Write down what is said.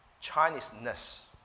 Chinese-ness